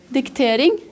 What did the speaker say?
Diktering